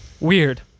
Weird